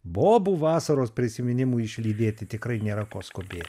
bobų vasaros prisiminimų išlydėti tikrai nėra ko skubėti